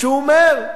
שהוא אומר: